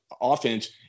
offense